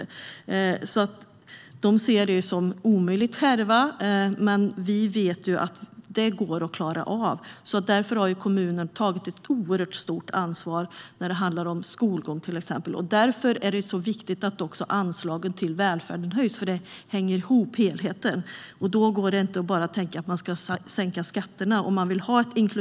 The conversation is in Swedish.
De här länderna ser det som omöjligt, men vi vet att det går att klara av. Kommunerna har tagit ett oerhört stort ansvar när det gäller till exempel skolgång. Därför är det oerhört viktigt att anslagen till välfärden höjs. Det hänger ihop. Om man vill ha ett inkluderande samhälle går det inte att bara tänka att man ska sänka skatterna.